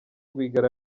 rwigara